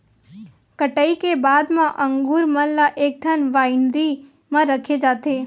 कटई के बाद म अंगुर मन ल एकठन वाइनरी म रखे जाथे